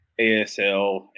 ASL